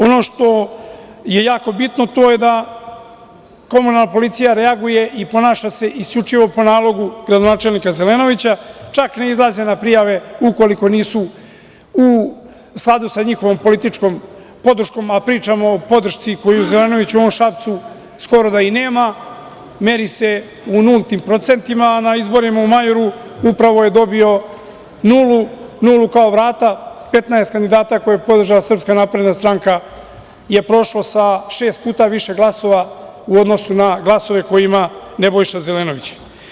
Ono što je jako bitno, to je da komunalna policija reaguje i ponaša se isključivo po nalogu gradonačelnika Zelenovića, čak ne izlazi na prijave ukoliko nisu u skladu sa njihovom političkom podrškom, a pričamo o podršci koju Zelenović u mom Šapcu skoro da i nema, meri se u nultnim procentima, a na izborima u maju upravo je dobio nulu, nulu kao vrata, 15 kandidata koje je podržala SNS je prošlo sa šest puta više glasova u odnosu na glasove koje ima Nebojša Zelenović.